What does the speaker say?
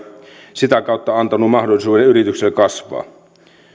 sitä kautta antanut mahdollisuuden yrityksille kasvaa